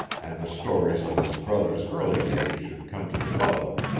and the stories of his brother's early days should come to the public.